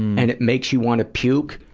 and it makes you wanna puke,